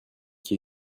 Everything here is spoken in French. qui